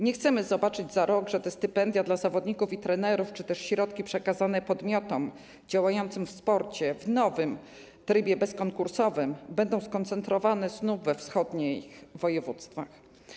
Nie chcemy zobaczyć za rok, że te stypendia dla zawodników i trenerów czy też środki przekazane podmiotom działającym w sporcie w nowym trybie bezkonkursowym będą skoncentrowane znów we wschodnich województwach.